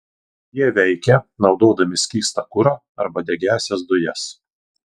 jie veikia naudodami skystą kurą arba degiąsias dujas